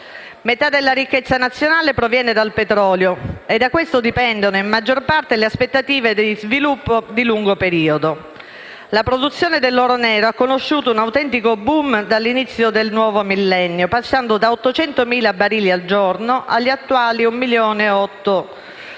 Metà della ricchezza nazionale proviene dal petrolio e da questo dipendono, per la maggior parte, le aspettative di sviluppo di lungo periodo. La produzione dell'oro nero ha conosciuto un autentico *boom* dall'inizio del nuovo millennio, passando da 800.000 barili al giorno agli attuali 1,8 milioni,